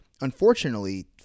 unfortunately